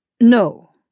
No